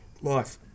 life